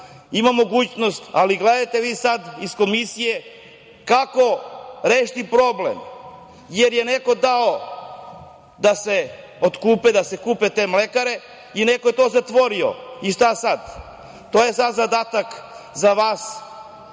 ima mogućnosti, ali gledajte vi sad iz Komisije, kako rešiti problem, jer je neko dao da se otkupe te mlekare i neko je to zatvorio. I šta sad? To je sad zadatak za vas